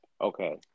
Okay